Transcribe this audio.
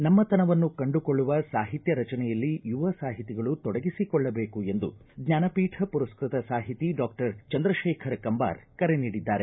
ನಮ್ಮತನವನ್ನು ಕಂಡುಕೊಳ್ಳುವ ಸಾಹಿತ್ಯ ರಚನೆಯಲ್ಲಿ ಯುವ ಸಾಹಿತಿಗಳು ತೊಡಗಿಸಿಕೊಳ್ಳದೇಕು ಎಂದು ಜ್ವಾನಪೀಠ ಪುರಸ್ಕೃತ ಸಾಹಿತಿ ಡಾಕ್ಟರ್ ಚಂದ್ರಶೇಖರ ಕಂಬಾರ ಕರೆ ನೀಡಿದ್ದಾರೆ